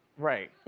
right?